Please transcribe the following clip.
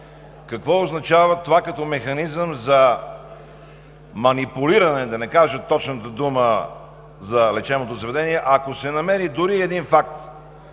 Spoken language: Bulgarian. какво означава това като механизъм за манипулиране, да не кажа точната дума, за лечебното заведение, ако се намери дори и един факт,